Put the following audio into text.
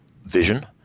vision